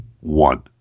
one